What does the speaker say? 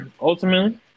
ultimately